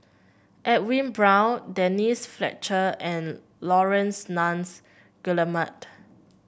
Edwin Brown Denise Fletcher and Laurence Nunns Guillemard